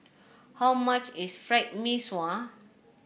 how much is Fried Mee Sua